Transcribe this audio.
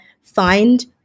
find